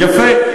יפה.